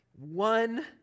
One